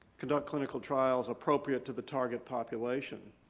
conduct clinical trials appropriate to the target population